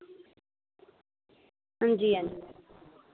हां जी